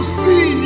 see